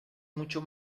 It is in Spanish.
mucho